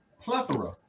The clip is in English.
plethora